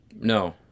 No